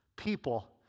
people